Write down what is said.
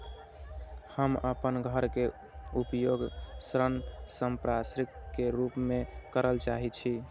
हम अपन घर के उपयोग ऋण संपार्श्विक के रूप में करल चाहि छी